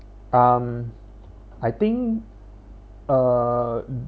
um I think uh